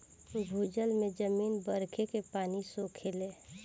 भूजल में जमीन बरखे के पानी सोखेले